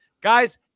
Guys